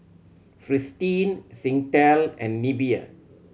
Fristine Singtel and Nivea